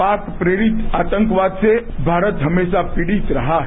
पाक पीड़ित आतंकवाद से भारत हमेशा पीड़ित रहा है